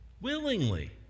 willingly